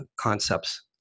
concepts